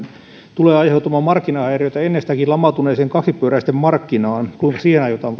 tulee aiheutumaan markkinahäiriöitä ennestäänkin lamautuneeseen kaksipyöräisten markkinaan kuinka siihen aiotaan